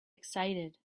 excited